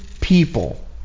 people